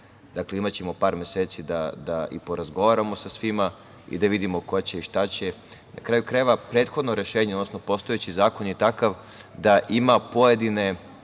Dakle, imaćemo par meseci da porazgovaramo sa svima i da vidimo ko će i šta će. Na kraju krajeva, prethodno rešenje, odnosno postojeći zakon je takav da ima pojedine